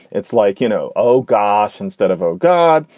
it's like, you know. oh, gosh. instead of oh god.